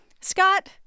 Scott